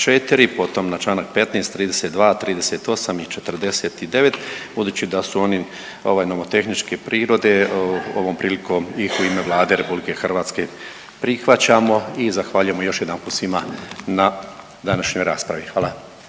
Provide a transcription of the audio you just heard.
potom na članak 15., 32., 28. i 49. Budući da su oni nomotehničke prirode ovom prilikom ih u ime Vlade Republike Hrvatske prihvaćamo i zahvaljujemo još jedanput svima na današnjoj raspravi. Hvala.